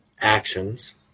actions